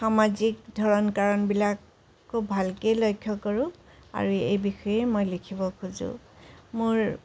সামাজিক ধৰণ কৰণবিলাক খুব ভালকেই লক্ষ্য কৰোঁ আৰু এই বিষয়েই মই লিখিব খোজোঁ মোৰ